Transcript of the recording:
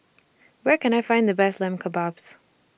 Where Can I Find The Best Lamb Kebabs